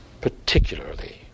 particularly